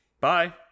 bye